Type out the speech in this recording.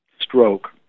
stroke